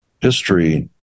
history